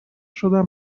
شدم